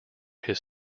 his